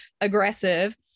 aggressive